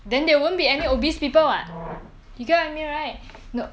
then there won't be any obese people [what] you got what I mean right no